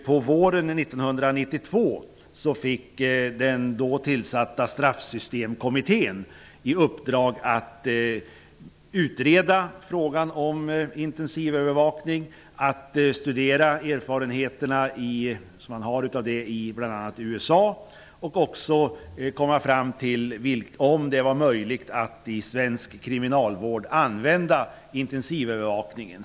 På våren 1992 fick den då tillsatta Straffsystemkommittén i uppdrag att utreda frågan om intensivövervakning, att studera erfarenheter av vad man har gjort i bl.a. USA och att komma fram till om det skulle vara möjligt att i svensk kriminalvård använda intensivövervakning.